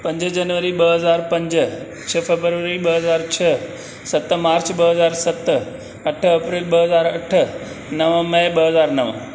पंज जनवरी हज़ार पंज छ्ह फेबररी ॿ हज़ार छह सत मार्च ॿ हज़ार सत अठ अप्रैल ॿ हज़ार अठ नव मई ॿ हज़ार नव